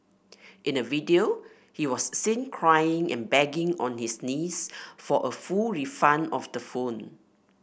in a video he was seen crying and begging on his knees for a full refund of the phone